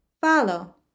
follow